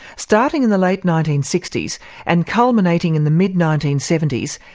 starting in the late nineteen sixty s and culminating in the mid nineteen seventy s,